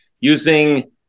using